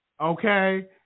Okay